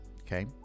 okay